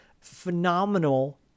phenomenal